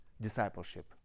discipleship